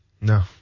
No